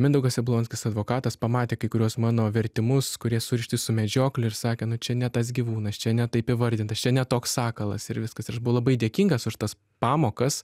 mindaugas jablonskis advokatas pamatė kai kuriuos mano vertimus kurie surišti su medžiokle ir sakė nu čia ne tas gyvūnas čia ne taip įvardintas čia ne toks sakalas ir viskas aš buvau labai dėkingas už tas pamokas